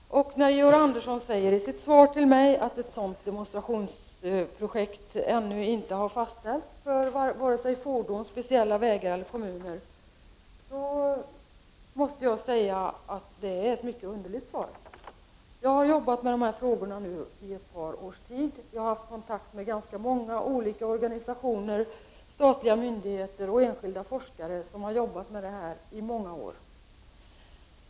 När Georg Andersson i sitt svar till mig säger att ett sådant demonstrationsprojekt ännu inte fastställts för vare sig fordon, speciella vägar eller kommuner, måste jag säga att det är ett mycket underligt svar. Jag har arbetat med dessa frågor under ett par års tid. Jag har haft kontakter med ganska många olika organisationer, statliga myndigheter och enskilda forskare som arbetat med de här frågorna i många år.